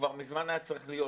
כבר מזמן היה צריך להיות.